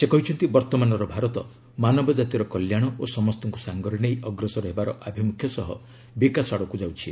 ସେ କହିଛନ୍ତି ବର୍ତ୍ତମାନର ଭାରତ ମାନବ ଜାତିର କଲ୍ୟାଣ ଓ ସମସ୍ତଙ୍କୁ ସାଙ୍ଗରେ ନେଇ ଅଗ୍ରସର ହେବାର ଆଭିମୁଖ୍ୟ ସହ ବିକାଶ ଆଡ଼କୁ ଯାଉଛି